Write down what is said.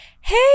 Hey